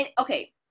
Okay